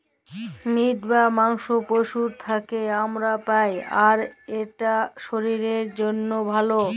meet বা মাংস পশুর থ্যাকে আমরা পাই, আর ইট শরীরের জ্যনহে ভাল